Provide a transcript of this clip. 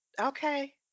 okay